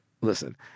Listen